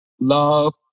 love